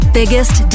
biggest